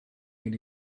gen